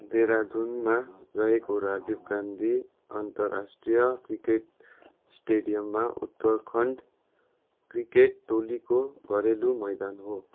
देहरादुनमा रहेको राजीव गान्धी अन्तर्राष्ट्रिय क्रिकेट स्टेडियममा उत्तराखण्ड क्रिकेट टोलीको घरेलु मैदान हो